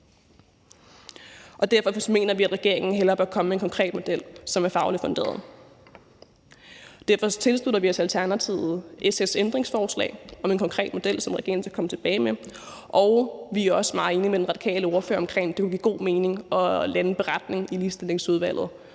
og vi mener, at regeringen hellere bør komme med en konkret model, som er fagligt funderet. Derfor tilslutter vi os i Alternativet SF's ændringsforslag om en konkret model, som regeringen skal komme tilbage med, og vi er også meget enige med den radikale ordfører om, at det ville give god mening at lande en beretning i Ligestillingsudvalget,